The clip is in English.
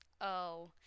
Oh